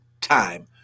time